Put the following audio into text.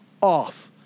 off